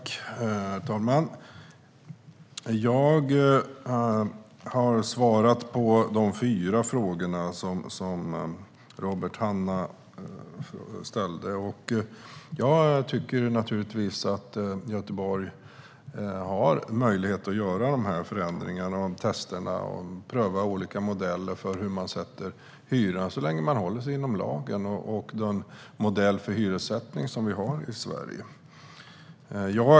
Herr talman! Jag har svarat på de fyra frågor som Robert Hannah har ställt i interpellationen. Jag tycker naturligtvis att Göteborg, så länge man håller sig inom lagen och till den modell för hyressättning som vi har i Sverige, ska ha möjlighet att göra de här förändringarna och pröva olika modeller för att sätta hyran.